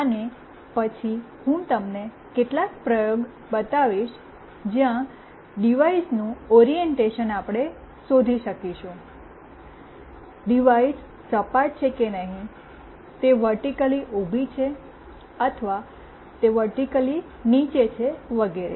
અને પછી હું તમને કેટલાક પ્રયોગ બતાવીશ જ્યાં ડિવાઇસનું ઑરિએન્ટેશન આપણે શોધી શકીશું ડિવાઇસ સપાટ છે કે નહીં તે વર્ટીકલી ઉભી છે અથવા તે વર્ટીકલી નીચે છે વગેરે